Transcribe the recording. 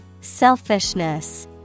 Selfishness